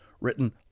written